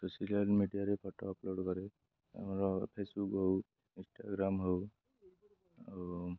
social ମିଡ଼ିଆରେ photo upload କରେ ଆମର ଫେସ୍ବୁକ୍ ହଉ ଇନଷ୍ଟାଗ୍ରାମ୍ ହଉ ଆଉ